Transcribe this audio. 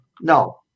no